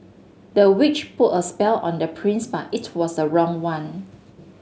the witch put a spell on the prince but it was the wrong one